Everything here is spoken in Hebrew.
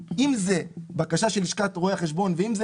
אם זאת בקשה של לשכת רואי החשבון ואם זה